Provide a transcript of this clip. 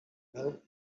mel